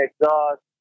Exhaust